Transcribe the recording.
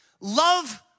Love